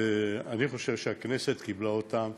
ואני חושב שהכנסת קיבלה אותם